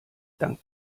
dank